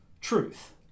truth